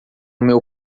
meu